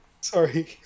Sorry